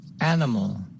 Animal